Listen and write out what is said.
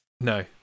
No